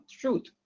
truth